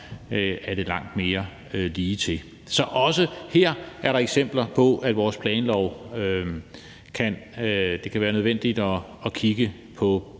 er det langt mere ligetil. Så også her er der eksempler på, at det kan være nødvendigt at kigge på